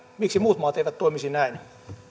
miksi muut maat eivät toimisi näin